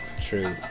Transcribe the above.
True